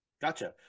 Gotcha